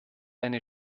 eine